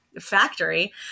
factory